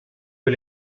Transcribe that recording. del